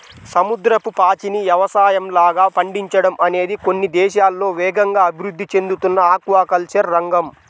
సముద్రపు పాచిని యవసాయంలాగా పండించడం అనేది కొన్ని దేశాల్లో వేగంగా అభివృద్ధి చెందుతున్న ఆక్వాకల్చర్ రంగం